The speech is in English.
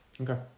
Okay